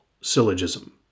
syllogism